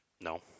No